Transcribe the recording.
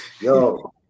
Yo